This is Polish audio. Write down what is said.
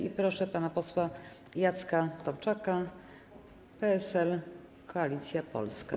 I proszę pana posła Jacka Tomczaka, PSL - Koalicja Polska.